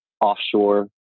offshore